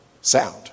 sound